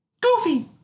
Goofy